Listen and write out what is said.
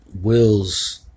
Will's